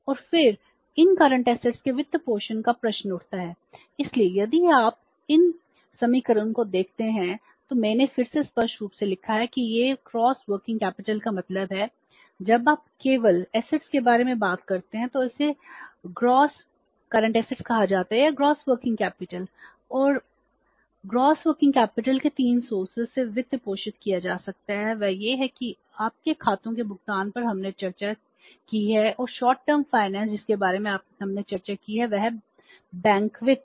और फिर इन मौजूदा परिसंपत्तियों जिसके बारे में हमने चर्चा की है वह है बैंक वित्त